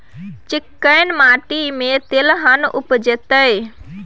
चिक्कैन माटी में तेलहन उपजतै?